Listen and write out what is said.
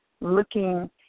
looking